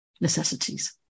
Necessities